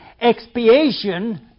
expiation